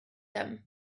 them